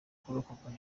kurokoka